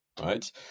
right